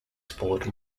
sport